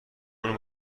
اون